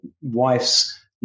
wife's